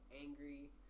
angry